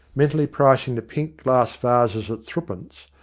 mentally pricing the pink glass vases at three pence,